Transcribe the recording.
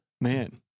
Man